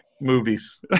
movies